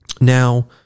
Now